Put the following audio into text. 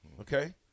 okay